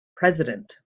president